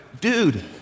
dude